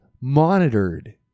monitored